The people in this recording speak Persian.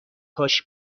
هاش